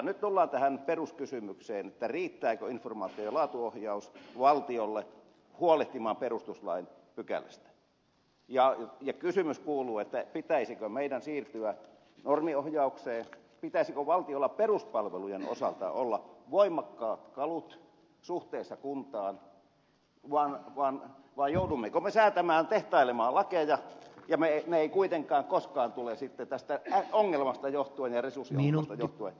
nyt tullaan peruskysymykseen riittääkö informaatio ja laatuohjaus valtiolle huolehtimaan perustuslain pykälästä ja kysymys kuuluu pitäisikö meidän siirtyä normiohjaukseen pitäisikö valtiolla peruspalvelujen osalta olla voimakkaat kalut suhteessa kuntaan vai joudummeko me säätämään tehtailemaan lakeja ja ne eivät kuitenkaan koskaan tule tästä resurssiongelmasta johtuen johtamaan positiiviseen lopputulokseen